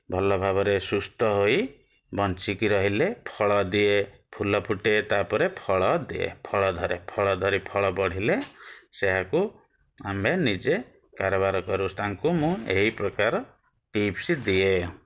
ଭଲ ଭାବରେ ସୁସ୍ଥ ହୋଇ ବଞ୍ଚିକି ରହିଲେ ଫଳ ଦିଏ ଫୁଲ ଫୁଟେ ତା'ପରେ ଫଳ ଦିଏ ଫଳ ଧରେ ଫଳ ଧରି ଫଳ ବଢ଼ିଲେ ସେ ଏହାକୁ ଆମେ ନିଜେ କାରବାର କରୁ ତାଙ୍କୁ ମୁଁ ଏହି ପ୍ରକାର ଟିପ୍ସ୍ ଦିଏ